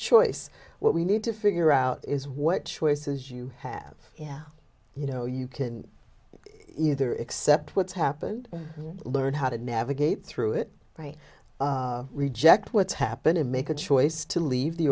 choice what we need to figure out is what choices you have yeah you know you can either accept what's happened learn how to navigate through it right reject what's happening make a choice to leave the